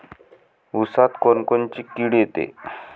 ऊसात कोनकोनची किड येते?